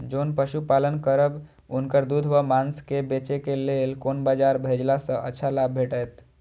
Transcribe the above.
जोन पशु पालन करब उनकर दूध व माँस के बेचे के लेल कोन बाजार भेजला सँ अच्छा लाभ भेटैत?